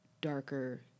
darker